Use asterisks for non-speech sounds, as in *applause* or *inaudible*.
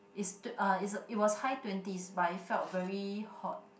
is *noise* ah is it was high twenties but it felt very hot